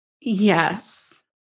yes